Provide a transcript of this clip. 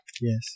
Yes